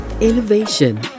Innovation